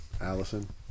Allison